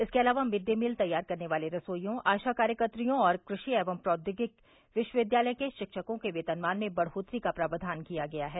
इसके अलावा mid day meal तैयार करने वाले रसोइयों आशा कार्यकत्रियों और कृषि एवं प्रौद्योगिकी विश्वविद्यालयों के शिक्षकों के वेतनमान में बढ़ोत्तरी का प्रावधान किया गया है